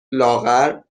لاغر